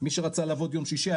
מי שרצה לעבוד יום שישי,